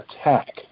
attack